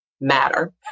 matter